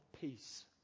peace